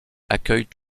accueillent